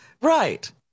Right